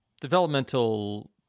developmental